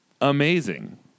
amazing